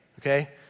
Okay